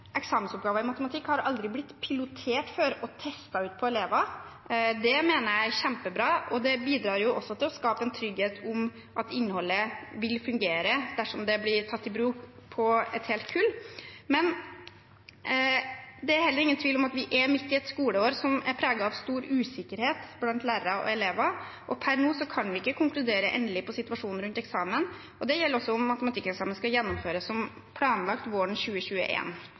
eksamensoppgaver i matematikk har aldri blitt pilotert før og testet ut på elever. Det mener jeg er kjempebra, og det bidrar også til å skape en trygghet for at innholdet vil fungere dersom det blir tatt i bruk på et helt kull. Det er heller ingen tvil om at vi er midt i et skoleår som er preget av stor usikkerhet blant lærere og elever, og per nå kan vi ikke konkludere endelig på situasjonen rundt eksamen. Det gjelder også om matematikkeksamen skal gjennomføres som planlagt våren